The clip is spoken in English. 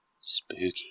Spooky